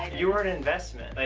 ah you were an investment. like,